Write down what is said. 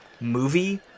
movie